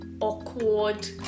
awkward